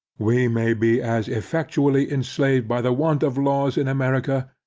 we may be as effectually enslaved by the want of laws in america,